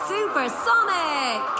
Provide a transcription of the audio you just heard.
Supersonic